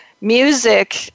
music